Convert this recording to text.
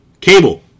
Cable